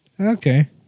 okay